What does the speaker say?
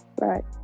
right